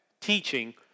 teaching